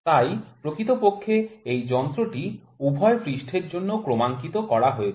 তাই প্রকৃতপক্ষে এই যন্ত্রটিই উভয় পৃষ্ঠের জন্য ক্রমাঙ্কিত করা হয়েছে